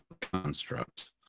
construct